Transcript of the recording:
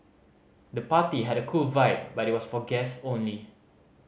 the party had a cool vibe but was for guests only